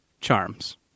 charms